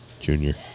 Junior